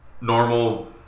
normal